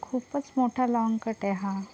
खूपच मोठा लाँगकट आहे हा